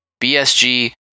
BSG